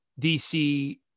DC